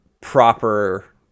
proper